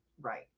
Right